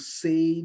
say